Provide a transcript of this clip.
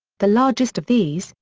the largest of these,